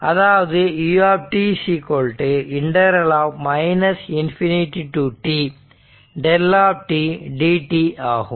அதாவது u ∞ to t ∫ δ dt ஆகும்